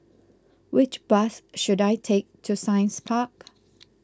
which bus should I take to Science Park